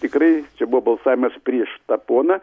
tikrai buvo balsavimas prieš tą poną